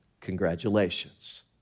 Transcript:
Congratulations